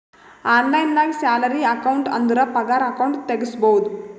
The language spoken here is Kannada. ಆನ್ಲೈನ್ ನಾಗ್ ಸ್ಯಾಲರಿ ಅಕೌಂಟ್ ಅಂದುರ್ ಪಗಾರ ಅಕೌಂಟ್ ತೆಗುಸ್ಬೋದು